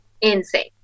insane